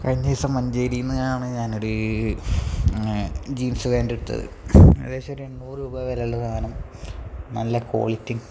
കഴിഞ്ഞ ദിവസം മഞ്ചേരിയിൽ നിന്നാണ് ഞാനൊരു ജീൻസ് പാൻറ്റെടുത്തത് ഏകദേശമൊരു എണ്ണൂറ് രൂപ വിലയുള്ള സാധനം നല്ല കോളിറ്റിയും